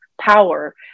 power